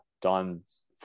don's